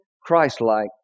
Christ-like